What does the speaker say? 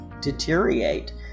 deteriorate